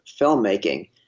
filmmaking